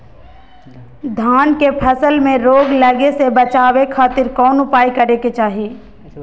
धान के फसल में रोग लगे से बचावे खातिर कौन उपाय करे के चाही?